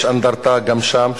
יש גם אנדרטה שם,